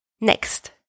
Next